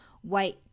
white